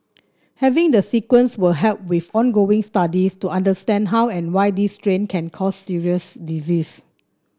having the sequence will help with ongoing studies to understand how and why this strain can cause serious disease